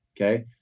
okay